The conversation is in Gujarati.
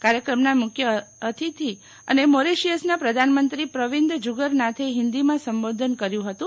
કાર્યક્રમના મુખ્ય અતિથિ અને મોરિશિયસના પ્રધાનમંત્રી પ્રવિંદ જુગનથિ હિંદીમાં સંબોધન કર્યું હતું